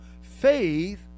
faith